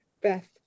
Beth